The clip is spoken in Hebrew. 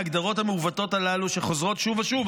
ההגדרות המעוותות הללו שחוזרות שוב ושוב,